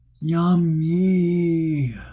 Yummy